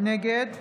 נגד